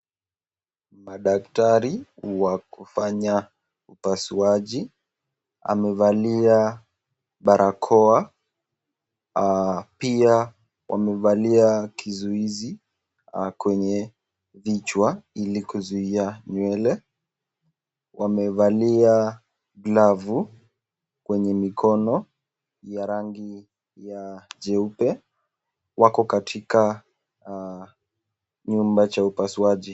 Madaktari wa kufanya upasuaji wamevalia barakoa pia amevalia kizuizi kwenye vichwa ili kuzuia nywele amevalia glavu kwenye mikono ya rangi jeupe wako katika nyumba ya upasuaji